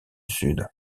sud